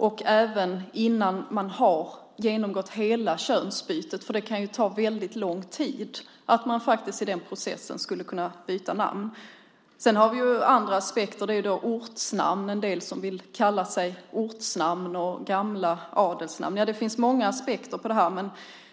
Det bör kunna ske innan man har genomgått hela könsbytet. Könsbytet kan ta lång tid, och då borde man i den processen kunna byta namn. Sedan finns det andra aspekter. En del vill anta ett ortsnamn eller ett gammalt adelsnamn. Det finns många aspekter. Men